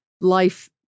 life